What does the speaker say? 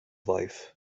life